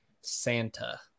Santa